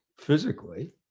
physically